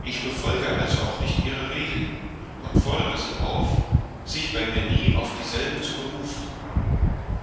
ich befolge also auch nicht ihre regeln und fordere sie auf sich bei mir nie auf dieselben zu berufen